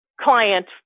client